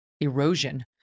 erosion